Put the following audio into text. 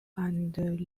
and